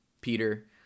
Peter